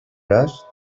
gas